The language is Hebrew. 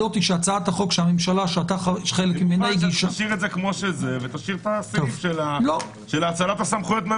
אני מוכן שתשאיר את זה כמו שזה ותשאיר את הסעיף של האצלת הסמכויות.